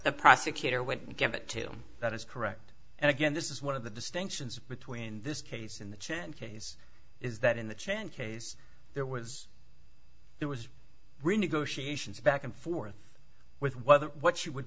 the prosecutor wouldn't give it to him that is correct and again this is one of the distinctions between this case in the case is that in the chen case there was there was renegotiations back and forth with whether what she would